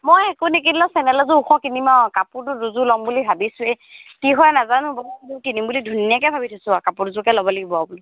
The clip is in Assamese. মই একো নিকিনিলেও চেন্ডেল এযোৰ ওখ কিনিম আৰু কাপোৰটো দুযোৰ ল'ম বুলি ভাবিছোৱেই কি হয় নাজানো বাৰু কিনিম বুলি ধুনীয়াকৈ ভাবি থৈছোঁ আৰু কাপোৰ দুযোৰকে ল'ব লাগিব আৰু বোলো